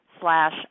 slash